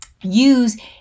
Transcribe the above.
use